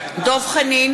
חנין,